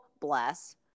bless